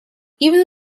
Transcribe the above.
even